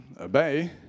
obey